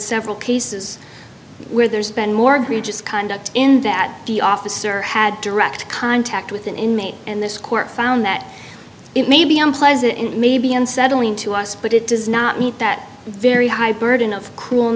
several cases where there's been more gracious conduct in that the officer had direct contact with an inmate and this court found that it may be unpleasant it may be unsettling to us but it does not meet that very high burden of cruel and